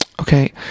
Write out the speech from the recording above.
Okay